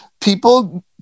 people